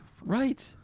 Right